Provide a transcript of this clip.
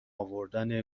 آوردن